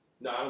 No